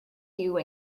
queue